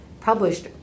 published